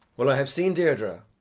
well, i have seen deirdre,